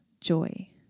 joy